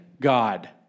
god